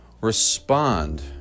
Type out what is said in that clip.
respond